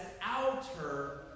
outer